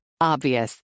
Obvious